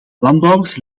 landbouwers